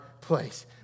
place